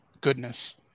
goodness